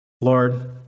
Lord